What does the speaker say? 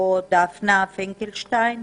או דפנה פינקלשטיין?